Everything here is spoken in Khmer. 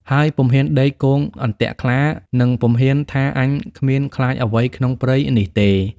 ហើយពុំហ៊ានដេកគងអន្ទាក់ក្លា និងពុំហ៊ានថាអញគ្មានខ្លាចអ្វីក្នុងព្រៃនេះទេ។